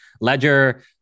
Ledger